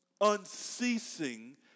Unceasing